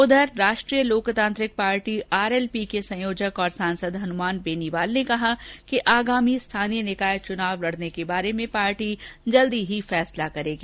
उधर Rashtriya Loktantrik party RLP के संयोजक और सांसद हनुमान बेनीवाल ने कहा कि आगामी स्थानीय निकाय चुनाव लड़ने के बारे में जल्द ही फैसला करेगी